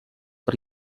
per